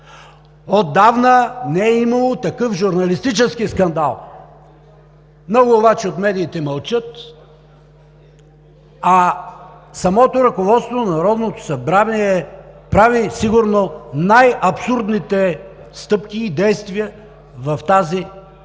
Отдавна не е имало такъв журналистически скандал. Много от медиите обаче мълчат, а самото ръководство на Народното събрание прави сигурно най-абсурдните стъпки и действия в тази насока.